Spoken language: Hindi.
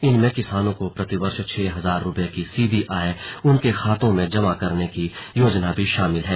इनमें किसानों को प्रतिवर्ष छह हजार रुपये की सीधी आय उनके खातों में जमा करने की योजना भी शामिल है